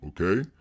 okay